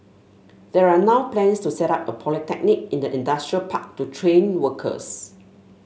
there are now plans to set up a polytechnic in the industrial park to train workers